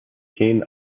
kein